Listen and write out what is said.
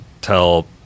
tell